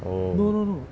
oh